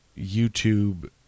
YouTube